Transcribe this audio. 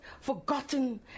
forgotten